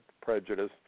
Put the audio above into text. prejudice